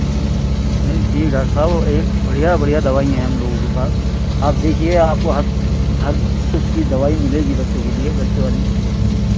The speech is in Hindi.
नहीं ठीक है सब बढ़ियाँ बढ़ियाँ दवाई है हमलोगों के पास आप देखिए आपको हर हर उसकी दवाई मिलेगी बच्चों के लिए बच्चों वाली